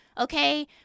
okay